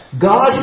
God